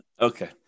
Okay